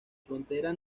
frontera